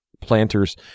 planters